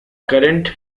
current